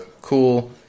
cool